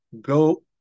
go